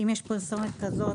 אם יש פרסומת כזאת,